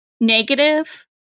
Negative